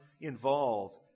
involved